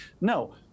No